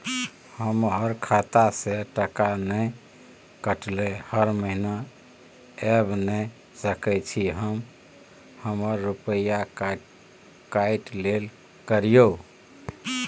हमर खाता से टका नय कटलै हर महीना ऐब नय सकै छी हम हमर रुपिया काइट लेल करियौ?